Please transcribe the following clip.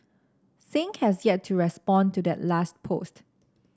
Singh has yet to respond to that last post